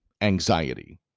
anxiety